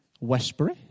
Westbury